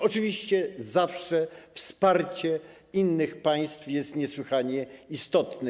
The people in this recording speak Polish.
Oczywiście zawsze wsparcie innych państw jest niesłychanie istotne.